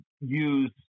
use